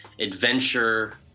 adventure